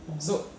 orh